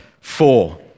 four